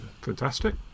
fantastic